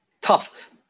tough